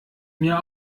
mir